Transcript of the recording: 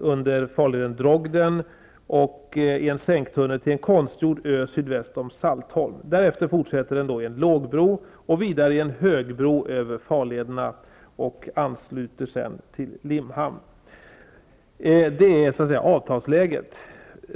under farleden Drogden och i en sänktunnel till en konstgjord ö sydväst om Saltholm. Därefter fortsätter den i en lågbro och vidare i en högbro över farlederna och ansluter sedan till Limhamn. Det är avtalsläget.